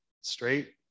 straight